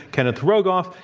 kenneth rogoff,